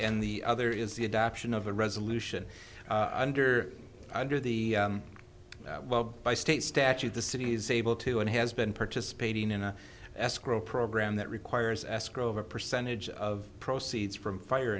and the other is the adoption of a resolution under under the well by state statute the city is able to and has been participating in a escrow program that requires escrow of a percentage of proceeds from fire